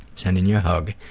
sending you a hug.